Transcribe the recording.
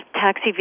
taxi